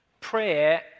prayer